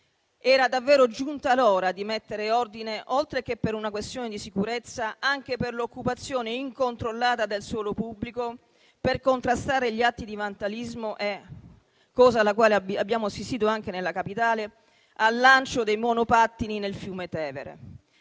Era davvero giunta l'ora di mettere ordine, oltre che per una questione di sicurezza, anche per l'occupazione incontrollata del suolo pubblico, per contrastare gli atti di vandalismo, cui abbiamo assistito anche nella Capitale con il lancio dei monopattini nel fiume Tevere.